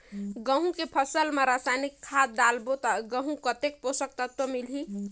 गंहू के फसल मा रसायनिक खाद डालबो ता गंहू कतेक पोषक तत्व मिलही?